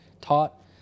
taught